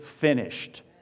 finished